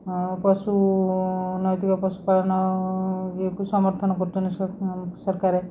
ଆଉ ପଶୁ ନୈତିକ ପଶୁପାଳନ ଇଏକୁ ସମର୍ଥନ କରୁଛନ୍ତି ସରକାରେ